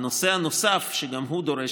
תיקון: